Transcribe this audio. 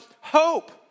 hope